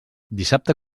dissabte